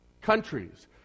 countries